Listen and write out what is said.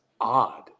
odd